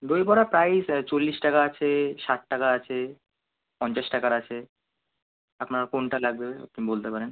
দই বড়া প্রাইস চল্লিশ টাকা আছে ষাট টাকা আছে পঞ্চাশ টাকার আছে আপনার কোনটা লাগবে আপনি বলতে পারেন